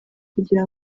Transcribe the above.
kugira